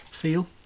feel